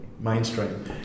mainstream